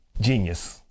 genius